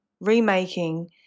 remaking